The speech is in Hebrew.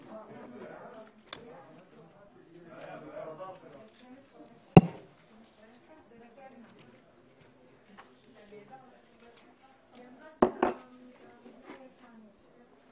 הישיבה ננעלה בשעה 11:39.